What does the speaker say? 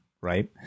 right